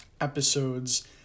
episodes